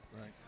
Right